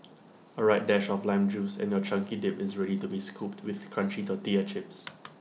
A right dash of lime juice and your chunky dip is ready to be scooped with crunchy tortilla chips